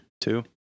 Two